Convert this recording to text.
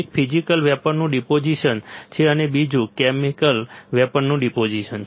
એક ફીઝીકલ વેપરનું ડિપોઝિશન છે અને બીજું એક કેમિકલ વેપરનું ડિપોઝિશન છે